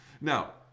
Now